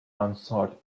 unsought